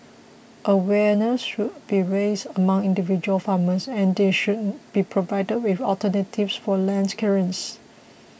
awareness should be raised among individual farmers and they should be provided with alternatives for land clearance